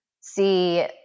see